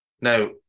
Now